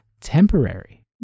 temporary